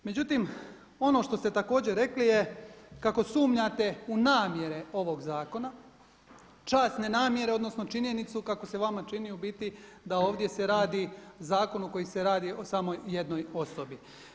Međutim, ono što ste također rekli je kako sumnjate u namjere ovog zakona, časne namjere odnosno činjenicu kako se vama čini u biti da ovdje se radi o zakonu koji se radi o samo jednoj osobi.